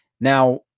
Now